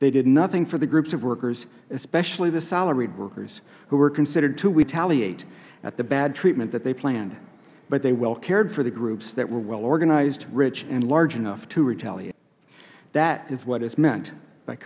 they did nothing for the groups of workers especially the salaried workers who were considered too weak to retaliate at the bad treatment that they planned but they well cared for the groups that were well organized rich and large enough to retaliate that is what is meant